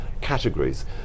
categories